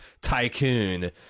tycoon